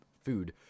food